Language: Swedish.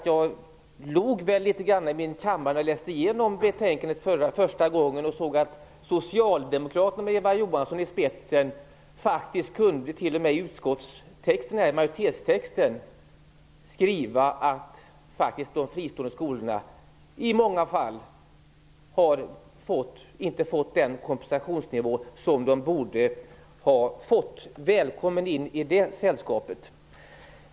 Jag log väl litet grand i min kammare när jag första gången läste igenom betänkandet och såg att socialdemokraterna med Eva Johansson i spetsen faktiskt t.o.m. i majoritetstexten kunde skriva att de fristående skolorna i många fall inte har fått den kompensationsnivå som de borde ha fått. Välkommen in i det sällskapet!